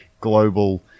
global